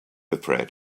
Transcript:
afraid